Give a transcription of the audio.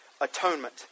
Atonement